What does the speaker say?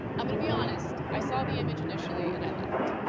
um and be honest, i saw the image initially and i laughed.